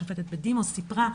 השופטת בדימוס סיפרה.